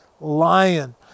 lion